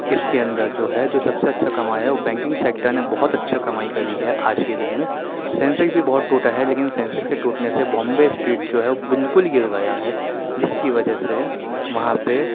اس کے اندر جو ہے جو سب سے اچھا کمایا ہے وہ بینکنگ سیکٹر نے بہت اچھا کمائی کری ہے آج کے دن میں سینسکس بھی بہت ٹوٹا ہے لیکن سینسکس کے ٹوٹنے سے بامبے اسٹریٹ جو ہے بالکل گر گیا ہے جس کی وجہ سے وہاں پہ